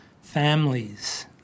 families